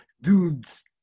dudes